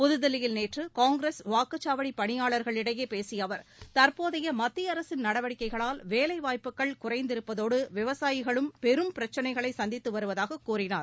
புதுதில்லியில் நேற்று காங்கிரஸ் வாக்குச்சாவடி பணியாளர்களிடையே பேசிய அவர் தற்போதைய மத்திய அரசின் நடவடிக்கைகளால் வேலை வாய்ப்புகள் குறைந்திருப்பதோடு விவசாயிகளும் பெரும் பிரச்னைகளை சந்தித்து வருவதாகக் கூறினார்